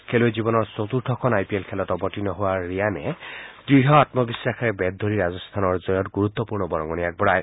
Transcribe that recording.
খেলুৱৈ জীৱনৰ চতুৰ্থখন আইপিএল খেলত অৱতীৰ্ণ হোৱা ৰিয়ানে দৃঢ় আমবিশ্বাসেৰে বেট ধৰি ৰাজস্থানৰ জয়ত গুৰুত্বপূৰ্ণ বৰঙণি আগবঢ়ায়